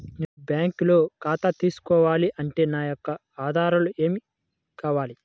నేను బ్యాంకులో ఖాతా తీసుకోవాలి అంటే నా యొక్క ఆధారాలు ఏమి కావాలి?